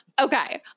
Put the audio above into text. Okay